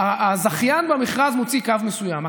הזכיין במכרז מוציא קו מסוים,